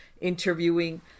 interviewing